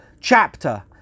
chapter